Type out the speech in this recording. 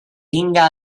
tinga